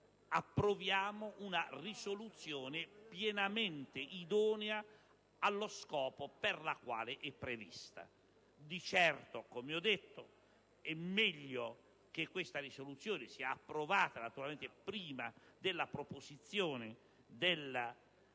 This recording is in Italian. approvata una risoluzione pienamente idonea allo scopo per la quale è prevista. Di certo, come ho sottolineato, è meglio che tale proposta di risoluzione sia approvata prima della proposizione della legge